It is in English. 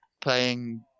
playing